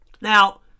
Now